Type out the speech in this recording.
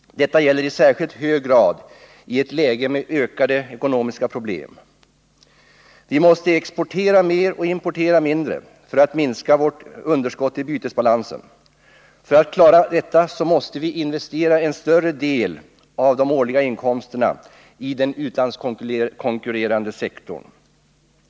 Detta gäller i särskilt hög grad i ett läge med ökade ekonomiska problem. Vi måste exportera mer och importera mindre för att minska vårt underskott i bytesbalansen. För att klara detta måste vi investera en större del av de årliga inkomsterna i den utlandskonkurrerande sektorn.